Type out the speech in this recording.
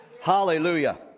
hallelujah